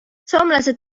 soomlased